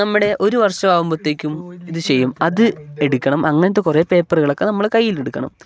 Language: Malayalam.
നമ്മുടെ ഒരു വർഷം ആവുമ്പത്തേക്കും ഇത് ചെയ്യും അത് എടുക്കണം അങ്ങൻത്തെ കുറെ പേപ്പറുകളൊക്കെ നമ്മൾ കയ്യിൽ എടുക്കണം